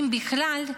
אם בכלל,